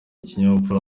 kinyabupfura